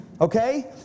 okay